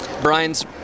Brian's